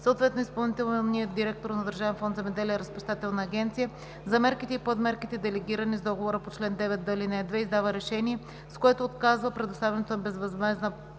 съответно изпълнителният директор на Държавен фонд „Земеделие“ – Разплащателна агенция, за мерките и подмерките, делегирани с договора по чл. 2д, ал. 2, издава решение, с което отказва предоставянето на безвъзмездна